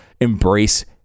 embrace